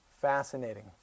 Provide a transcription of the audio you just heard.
Fascinating